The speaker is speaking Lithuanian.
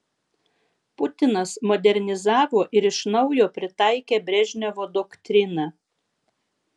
putinas modernizavo ir iš naujo pritaikė brežnevo doktriną